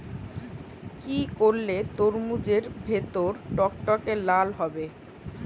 কি করলে তরমুজ এর ভেতর টকটকে লাল হবে?